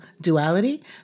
duality